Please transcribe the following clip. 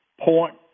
point